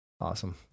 Awesome